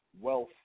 wealth